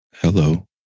Hello